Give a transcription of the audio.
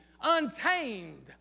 untamed